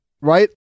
Right